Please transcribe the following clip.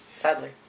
sadly